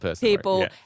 people